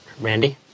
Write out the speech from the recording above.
Randy